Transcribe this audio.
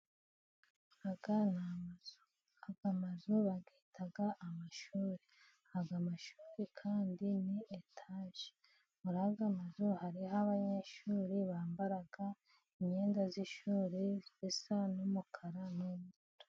Aya ni amazu. Bayita amashuri. Aya mashuri kandi ni etaje. Muri aya mazu harimo abanyeshuri, bambara imyenda y'ishuri isa n'umukara n'ibindi.